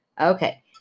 Okay